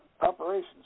Operations